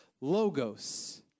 logos